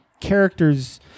characters